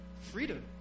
freedom